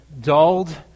dulled